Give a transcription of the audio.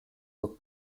were